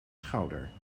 schouder